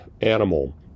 animal